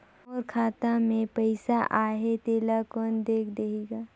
मोर खाता मे पइसा आहाय तेला कोन देख देही गा?